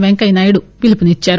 పెంకయ్యనాయుడు పిలుపునిచ్చారు